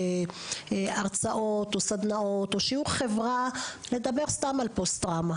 הרצאות או סדנאות או שיעור חברה לדבר על פוסט-טראומה?